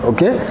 Okay